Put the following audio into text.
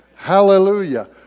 Hallelujah